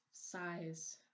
size